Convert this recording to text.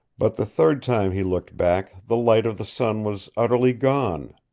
but the third time he looked back the light of the sun was utterly gone!